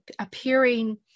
appearing